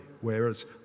whereas